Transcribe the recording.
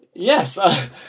Yes